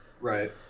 Right